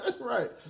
Right